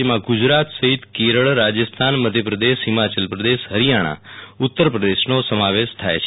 જેમાં ગુજરાત સહિત કેરળ રાજસ્થાન મધ્યપ્રદેશ હિમાચલ પદેશ હરિયાણા ઉતર પ્રદેશનો સમાવેશ થાય છે